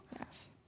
Yes